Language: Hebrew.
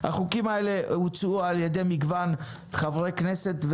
החוקים האלה הוצעו על ידי מגוון חברי כנסת,